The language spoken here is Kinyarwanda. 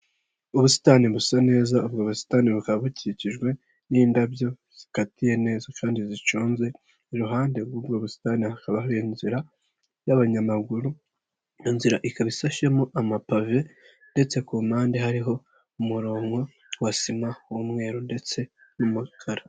Ubusitani busa neza ubwo busitani bukaba bukikijwe n'indabyo zikatiye neza kandi ziconze, iruhande rw'ubwo busitani hakaba hari inzira y'abanyamaguru, iyo nzira ikaba isashemo amapave ndetse ku mpande hariho umurongo wa sima w'umweru ndetse n'umukara.